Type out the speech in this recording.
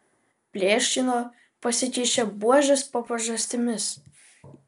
pleškino pasikišę buožes po pažastimis